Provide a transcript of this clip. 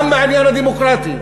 גם בעניין הדמוקרטי,